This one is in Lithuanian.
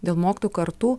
dėl mokytojų kartų